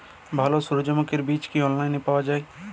ভালো সূর্যমুখির বীজ কি অনলাইনে পাওয়া যায়?